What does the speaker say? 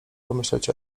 pomyśleć